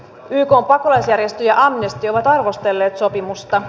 ykn pakolaisjärjestö ja amnesty ovat arvostelleet sopimusta